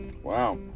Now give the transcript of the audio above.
Wow